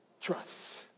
trust